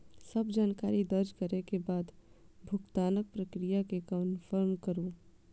सब जानकारी दर्ज करै के बाद भुगतानक प्रक्रिया कें कंफर्म करू